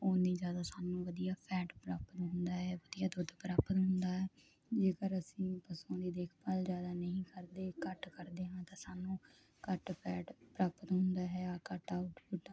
ਉਨੀ ਜਿਆਦਾ ਸਾਨੂੰ ਵਧੀਆ ਫੈਟ ਪ੍ਰਾਪਤ ਹੁੰਦਾ ਹੈ ਵਧੀਆ ਦੁੱਧ ਪ੍ਰਾਪਤ ਹੁੰਦਾ ਹੈ ਜੇਕਰ ਅਸੀਂ ਪਸ਼ੂਆਂ ਦੀ ਦੇਖਭਾਲ ਜਿਆਦਾ ਨਹੀਂ ਕਰਦੇ ਘੱਟ ਕਰਦੇ ਤਾਂ ਸਾਨੂੰ ਘੱਟ ਫੈਡ ਪ੍ਰਾਪਤ ਹੁੰਦਾ ਹੈ ਆਹ ਘਾਟਾ